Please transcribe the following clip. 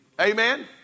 Amen